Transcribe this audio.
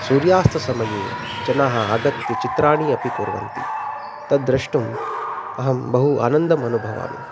सूर्यास्तसमये जनाः आगत्य चित्राणि अपि कुर्वन्ति तद्द्रष्टुम् अहं बहु आनन्दम् अनुभवामि